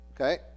Okay